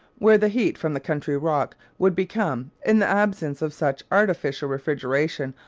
where the heat from the country rock would become, in the absence of such artificial refrigeration,